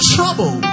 Trouble